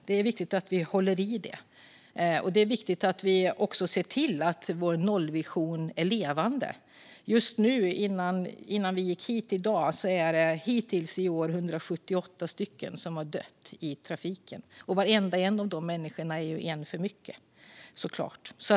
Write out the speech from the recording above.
Det är viktigt att vi håller i det. Det är viktigt att vi också ser till att vår nollvision är levande. När vi gick hit i dag var det 178 personer som dött i trafiken hittills i år, och varenda en av de människorna är såklart en för mycket.